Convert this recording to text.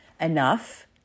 enough